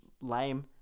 lame